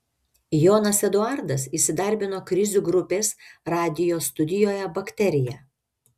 jonas eduardas įsidarbino krizių grupės radijo studijoje bakterija